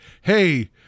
hey